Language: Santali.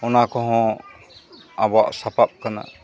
ᱚᱱᱟ ᱠᱚᱦᱚᱸ ᱟᱵᱚᱣᱟᱜ ᱥᱟᱯᱟᱵ ᱠᱟᱱᱟ